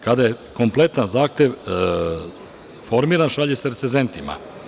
Kada je kompletan zahtev formiran, šalje se recezentima.